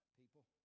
people